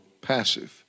passive